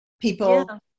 people